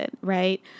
right